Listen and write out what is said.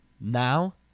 Now